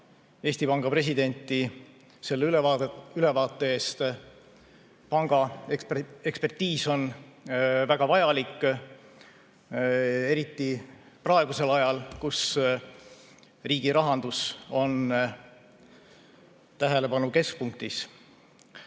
Eesti Panga presidenti selle ülevaate eest. Panga ekspertiis on väga vajalik eriti praegusel ajal, kui riigi rahandus on tähelepanu keskpunktis.